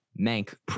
*Mank*